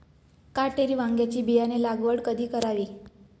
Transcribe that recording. काटेरी वांग्याची बियाणे लागवड कधी करावी?